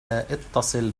اتصل